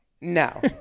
No